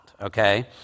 okay